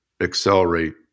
accelerate